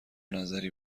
نظری